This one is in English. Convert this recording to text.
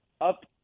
up